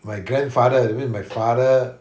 my grandfather that means my father